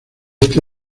este